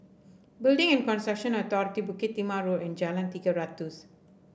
Building and Construction Authority Bukit Timah Road and Jalan Tiga Ratus